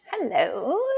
Hello